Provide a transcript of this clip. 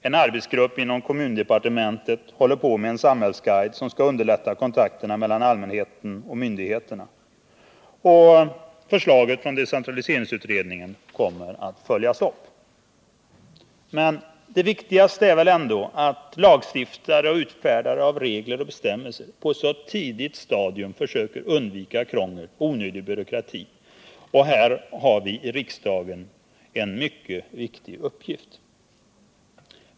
En arbetsgrupp inom kommundepartementet håller på med en samhällsguide, som skall underlätta kontakterna mellan allmänheten och myndigheterna. Förslaget från decentraliseringsutredningen kommer också att följas upp. Men det viktigaste är ändå att lagstiftare och utfärdare av regler och bestämmelser på ett så tidigt stadium som möjligt försöker undvika krångel och onödig byråkrati. Här har vi i riksdagen en mycket viktig uppgift att fylla.